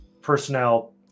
personnel